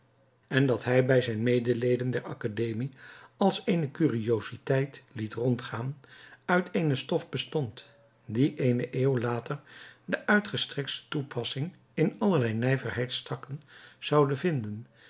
en dat hij bij zijne medeleden der akademie als eene curiositeit liet rondgaan uit eene stof bestond die eene eeuw later de uitgestrekste toepassing in allerlei nijverheidstakken zoude vinden